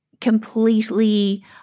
completely